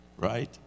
Right